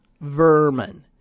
vermin